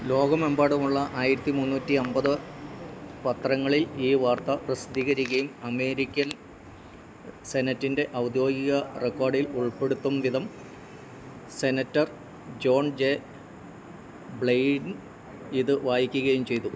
ലോകമെമ്പാടുമുള്ള ആയിരത്തി മൂന്നൂറ്റി അൻപത് പത്രങ്ങളിൽ ഈ വാർത്ത പ്രസിദ്ധീകരിക്ക്യേം അമേരിക്കൻ സെനറ്റിന്റെ ഔദ്യോഗിക റെക്കോഡിൽ ഉള്പ്പെടുത്തും വിധം സെനറ്റർ ജോൺ ജെ ബ്ലെയ്ൻ ഇത് വായിക്ക്കയും ചെയ്തു